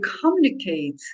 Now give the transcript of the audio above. communicate